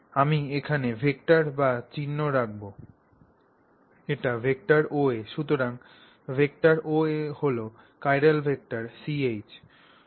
আমি এখানে ভেক্টর বা চিহ্ন রাখব এটি ভেক্টর OA সুতরাং ভেক্টর OA হল চিরাল ভেক্টর Ch